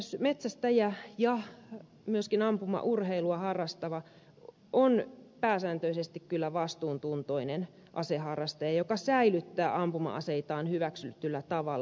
metsästäjä ja myöskin ampumaurheilua harrastava on pääsääntöisesti kyllä vastuuntuntoinen aseharrastaja joka säilyttää ampuma aseitaan hyväksytyllä tavalla